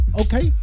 okay